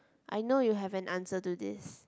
I know you have an answer to this